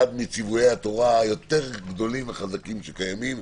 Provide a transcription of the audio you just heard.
מצווי התורה היותר גדולים וחזקים שקיימים,